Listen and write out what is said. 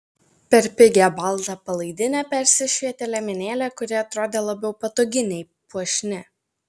per pigią baltą palaidinę persišvietė liemenėlė kuri atrodė labiau patogi nei puošni